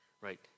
right